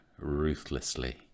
ruthlessly